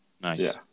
Nice